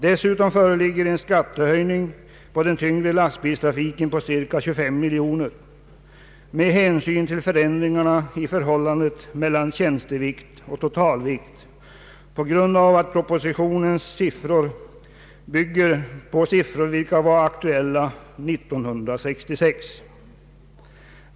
Dessutom föreslås en skattehöjning för den tyngre lastbilstrafiken med cirka 25 miljoner kronor med hänsyn till förändringarna i förhållandet mellan tjänstevikt och totalvikt på grund av att propositionens förslag bygger på siffror, vilka var aktuella år 1966.